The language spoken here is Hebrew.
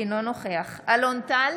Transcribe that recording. אינו נוכח אלון טל,